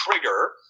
trigger